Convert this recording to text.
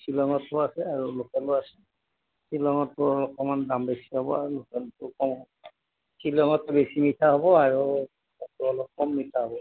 শ্বিলঙৰটো আছে আৰু লোকেলো আছে শ্বিলঙৰটো অকণমান দাম বেছি হ'ব আৰু লোকেলটো কম হ'ব শ্বিলঙৰটো বেছি মিঠা হ'ব আৰু ইয়াৰটো অলপ কম মিঠা হ'ব